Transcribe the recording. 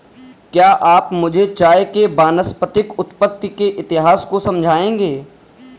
क्या आप मुझे चाय के वानस्पतिक उत्पत्ति के इतिहास को समझाएंगे?